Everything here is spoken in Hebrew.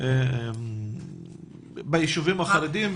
ביישובים החרדים,